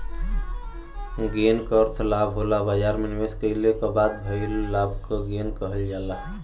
gain क अर्थ लाभ होला बाजार में निवेश कइले क बाद भइल लाभ क गेन कहल जाला